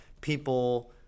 people